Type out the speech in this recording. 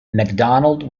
mcdonald